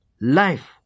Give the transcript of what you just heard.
life